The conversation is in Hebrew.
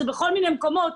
זה בכל מיני מקומות.